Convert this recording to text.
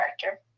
character